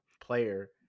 player